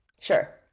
sure